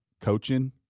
coaching